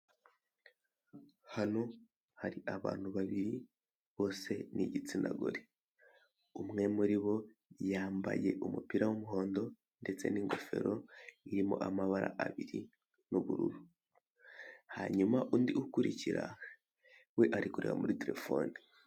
Hano hari abantu babiri, bose ni igitsinagore, umwe muri bo yambaye umupira w'umuhondo ndetse n'ingofero irimo amabara abiri n'ubururu, hanyuma undi ukurikira we ari kureba muri terefone.